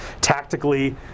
tactically